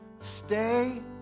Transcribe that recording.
Stay